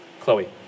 Chloe